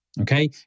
Okay